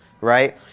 right